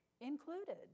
Included